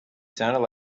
sounded